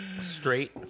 Straight